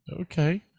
Okay